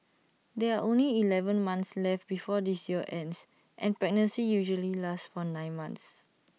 there are only Eleven months left before this year ends and pregnancy usually lasts one nine months